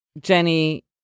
Jenny